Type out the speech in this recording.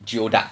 geoduck